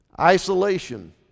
Isolation